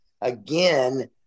again